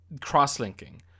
cross-linking